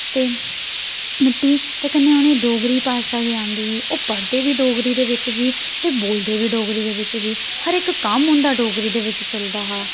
ते मिट्टी ते कन्ने उ'नेंगी डोगरी भाशा गै औंदी ही ओह् पढ़दे बी डोगरी दे बिच्च ही ते बोलदे बी डोगरी दे बिच्च ही हर इक कम्म उं'दा डोगरी दे बिच्च चलदा हा